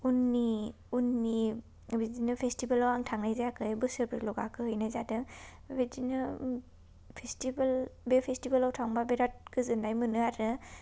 उननि उननि बिदिनो फेस्टिबेलाव आं थांनाय जायाखै बोसोरब्रैल' गाखोहैनाय जादों बिदिनो फेस्टिबेल बे फेस्टिबेलाव थांबा बिराद गोजोननाय मोनो आरो